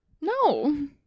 No